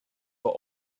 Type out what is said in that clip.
for